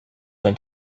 went